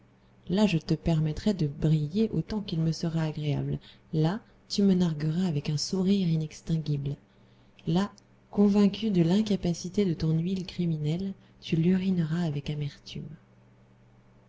là je te permettrai de briller autant qu'il me sera agréable là tu me nargueras avec un sourire inextinguible là convaincue de l'incapacité de ton huile criminelle tu l'urineras avec amertume